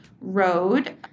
road